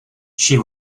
she